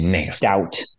Stout